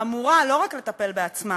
אמורה לא רק לטפל בעצמה,